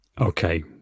Okay